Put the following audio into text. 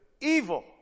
evil